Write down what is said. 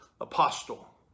apostle